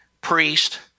priest